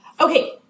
Okay